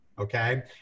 Okay